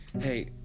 Hey